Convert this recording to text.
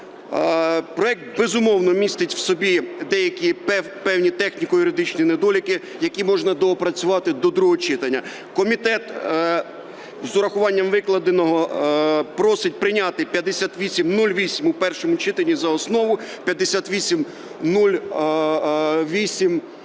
Проект, безумовно, містить в собі деякі певні техніко-юридичні недоліки, які можна доопрацювати до другого читання. Комітет з урахуванням викладеного просить прийняти 5808 у першому читанні за основу, 5808-1